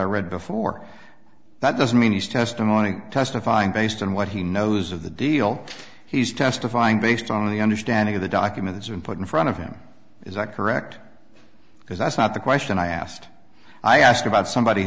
i read before that doesn't mean his testimony testifying based on what he knows of the deal he's testifying based on the understanding of the documents and put in front of him is that correct because that's not the question i asked i asked about somebody who